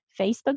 Facebook